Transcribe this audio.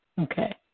Okay